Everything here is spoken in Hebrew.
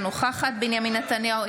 אינה נוכחת בנימין נתניהו,